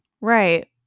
Right